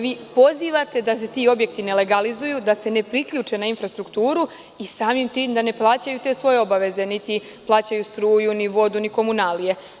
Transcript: Vi pozivate da se ti objekti ne legalizuju, da se ne priključe na infrastrukturu i samim tim da ne plaćaju te svoje obaveze, niti plaćaju struju, ni vodu, ni komunalije.